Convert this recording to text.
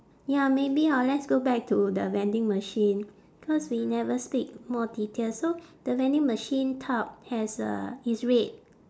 ya maybe hor let's go back to the vending machine cause we never speak more details so the vending machine top has a is red